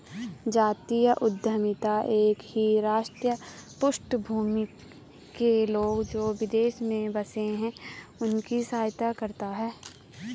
जातीय उद्यमिता एक ही राष्ट्रीय पृष्ठभूमि के लोग, जो विदेश में बसे हैं उनकी सहायता करता है